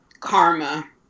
Karma